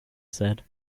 said